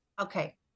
okay